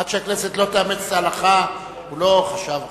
עד שהכנסת לא תאמץ את ההלכה, הוא לא חשב אחרת.